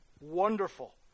wonderful